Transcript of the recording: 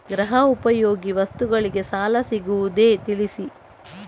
ಗೃಹ ಉಪಯೋಗಿ ವಸ್ತುಗಳಿಗೆ ಸಾಲ ಸಿಗುವುದೇ ತಿಳಿಸಿ?